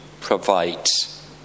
provides